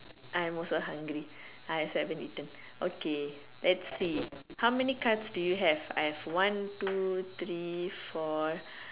I'm also hungry I also haven't eaten okay let's see how many cards do you have I have one two three four